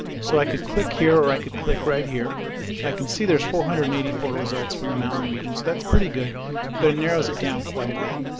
so i could click here or i could click right here i can see there's four hundred and eighty four results from the mountain region so that's pretty good that narrows it down quite a bit.